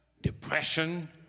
depression